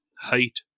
height